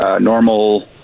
normal